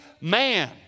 man